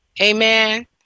Amen